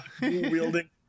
wielding